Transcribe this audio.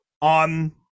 on